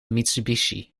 mitsubishi